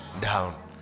down